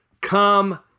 come